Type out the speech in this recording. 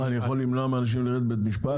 מה, אני יכול למנוע מאנשים ללכת לבית המשפט.